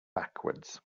backwards